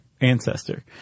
ancestor